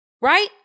right